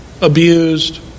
Abused